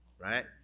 right